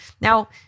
Now